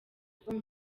kuba